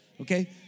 Okay